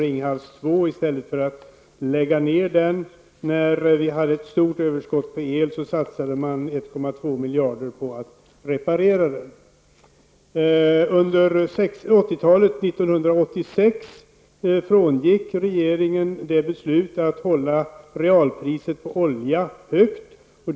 I stället för att lägga ner Ringhals 2 när vi hade ett stort överskott på el satsade man 1,2 miljarder på att reparera den reaktorn. Under 1986 frångick regeringen beslutet att hålla realpriset på olja högt.